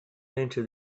into